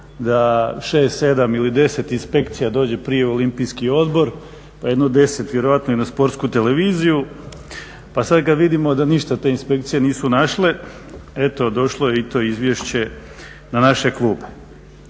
da 6, 7 ili 10 inspekcija dođe prije u Olimpijski odbor pa jedno 10 vjerojatno i na Sportsku televiziju pa sad kad vidimo da ništa te inspekcije nisu našle eto došlo je i to izvješće na naše klupe.